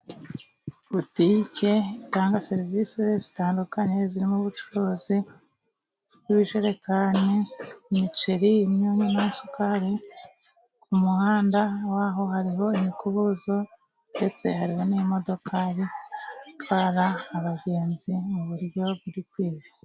Botike itanga serivisi zitandukanye zirimo ubucuruzi bw'ibijererekani, imiceri n'amasukari. Ku muhanda waho hariho imikubuzo ndetse hari n'imodoka itwara abagenzi mu buryo bukwiye.